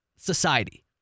society